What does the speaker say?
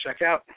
checkout